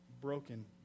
broken